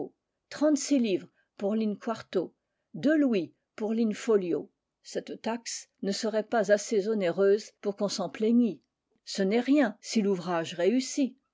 trente-six livres pour lin quarto deux louis pour lin folio cette taxe ne serait pas assez onéreuse pour qu'on s'en plaignît ce n'est rien si l'ouvrage réussit